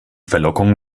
verlockung